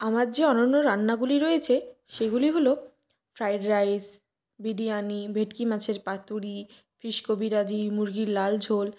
আমার যে অনন্য রান্নাগুলি রয়েছে সেগুলি হল ফ্রায়েড রাইস বিরিয়ানি ভেটকি মাছের পাতুড়ি ফিশ কবিরাজি মুরগির লাল ঝোল